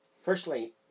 Firstly